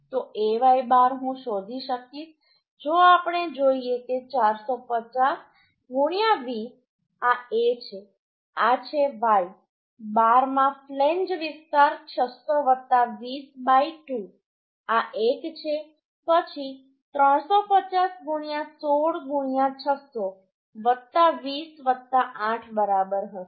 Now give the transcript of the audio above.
તો Ay bar હું શોધી શકીશ જો આપણે જોઈએ કે 450 20 આ A છે આ છે y બારમાં ફ્લેંજ વિસ્તાર 600 20 2 આ 1 છે પછી 350 16 600 20 8 બરાબર હશે